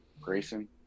Grayson